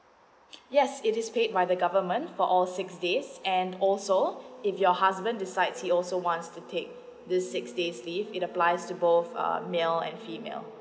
yes it is paid by the government for all six days and also if your husband decides he also wants to take this six days leave it applies to both male and female